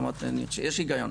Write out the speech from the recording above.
יש היגיון.